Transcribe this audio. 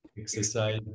exercise